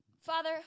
Father